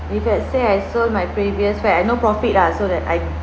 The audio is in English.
if let's say I sold my previous flat I no profit lah so that I